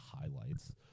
highlights